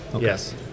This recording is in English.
Yes